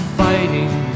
fighting